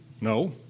No